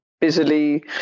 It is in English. Busily